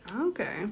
Okay